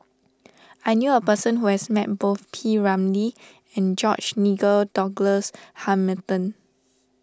I knew a person who has met both P Ramlee and George Nigel Douglas Hamilton